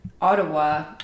Ottawa